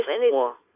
anymore